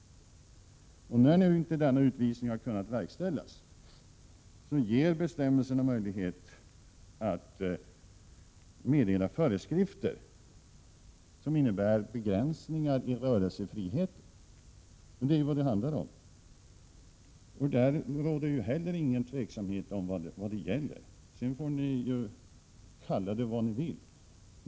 När denna utvisning nu inte har kunnat verkställas ger bestämmelserna möjlighet att meddela föreskrifter som innebär begränsningar i rörelsefriheten — det är vad det handlar om. Det råder inte heller något tvivel om vad det gäller; sedan får ni kalla det vad ni vill.